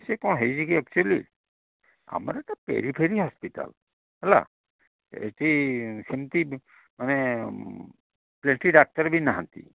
ସିଏ କ'ଣ ହେଇଛି କି ଆକ୍ଚୁଆଲି ଆମର ଏଟା ପେରିଫେରି ହସ୍ପିଟାଲ୍ ହେଲା ଏଠି ସେମିତି ମାନେ ବେଶୀ ଡାକ୍ତର ନାହାଁନ୍ତି